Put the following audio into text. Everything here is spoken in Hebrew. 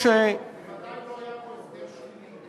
ודאי לא היה הסדר שלילי.